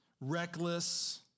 reckless